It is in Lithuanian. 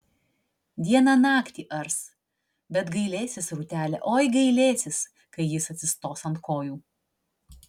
dieną naktį ars bet gailėsis rūtelė oi gailėsis kai jis atsistos ant kojų